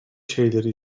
şeyleri